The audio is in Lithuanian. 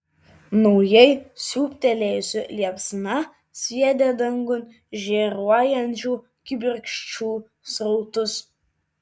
naujai siūbtelėjusi liepsna sviedė dangun žėruojančių kibirkščių srautus